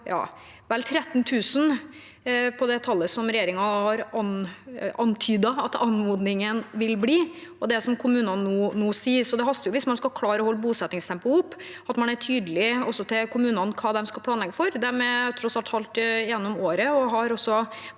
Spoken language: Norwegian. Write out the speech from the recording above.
vel 13 000 mellom det tallet som regjeringen har antydet at anmodningen vil bli på, og det som kommunene nå sier. Det haster hvis man skal klare å holde bosettingstempoet oppe, og man må være tydelig overfor kommunene på hva de skal planlegge for. De er tross alt halvveis gjennom året og har også